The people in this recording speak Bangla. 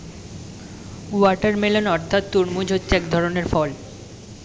ওয়াটারমেলান অর্থাৎ তরমুজ হচ্ছে এক ধরনের ফল